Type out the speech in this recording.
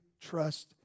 trust